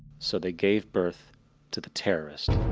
so they gave birth to the terrorist.